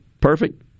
perfect